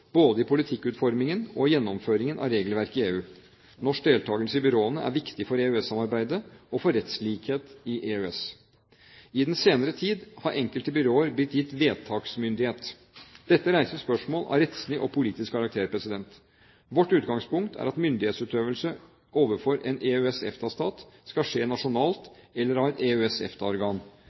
både i politikkutformingen og i gjennomføringen av regelverket i EU. Norsk deltakelse i byråene er viktig for EØS-samarbeidet og for rettslikhet i EØS. I den senere tid har enkelte byråer blitt gitt vedtaksmyndighet. Dette reiser spørsmål av rettslig og politisk karakter. Vårt utgangspunkt er at myndighetsutøvelse overfor en EØS/EFTA-stat skal skje nasjonalt eller av et